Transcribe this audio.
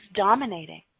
dominating